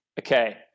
Okay